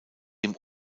dem